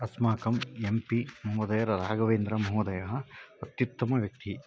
अस्माकं M P महोदयः राघवेन्द्रमहोदयः अत्युत्तमव्यक्तिः